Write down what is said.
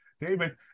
David